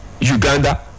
Uganda